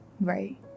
Right